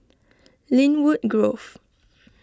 Lynwood Grove